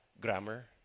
grammar